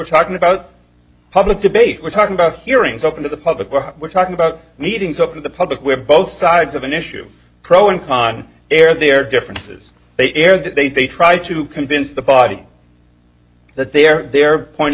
talking about public debate we're talking about hearings open to the public what we're talking about meetings up in the public where both sides of an issue pro and con air their differences they air that they try to convince the body that their their point of